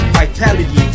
vitality